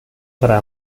para